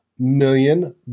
Million